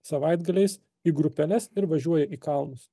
savaitgaliais į grupeles ir važiuoja į kalnus